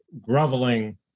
groveling